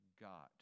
got